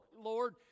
Lord